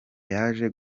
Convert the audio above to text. yaje